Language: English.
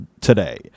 today